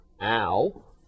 Al